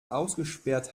ausgesperrt